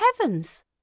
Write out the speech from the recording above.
heavens